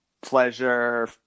pleasure